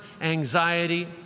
anxiety